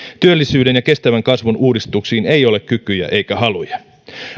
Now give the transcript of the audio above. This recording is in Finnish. työllisyyden ja kestävän kasvun uudistuksiin ei ole kykyjä eikä haluja